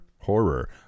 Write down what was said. Horror